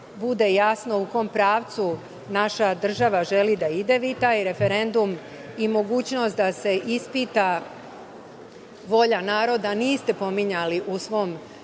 bude jasno u kom pravcu naša država želi da ide. Vi taj referendum i mogućnost da se ispita volja naroda niste pominjali u svom